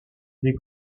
les